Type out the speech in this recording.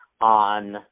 on